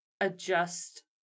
adjust